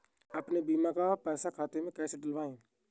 अपने बीमा का पैसा खाते में कैसे डलवाए?